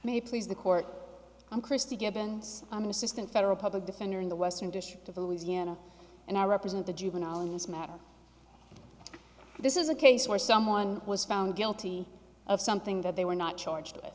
me please the court i'm christi gibbons i'm an assistant federal public defender in the western district of louisiana and i represent the juvenile in this matter this is a case where someone was found guilty of something that they were not charged with